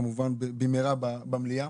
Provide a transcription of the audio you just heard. כמובן במהרה במליאה.